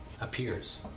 appears